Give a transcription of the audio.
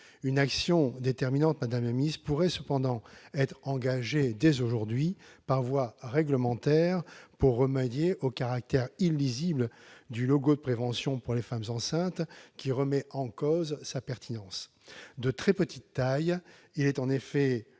Une action déterminante pourrait cependant être engagée dès aujourd'hui, par voie réglementaire, pour remédier à illisibilité du logo de prévention pour les femmes enceintes, caractère qui remet en cause sa pertinence. De très petite taille, il est en effet